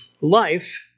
Life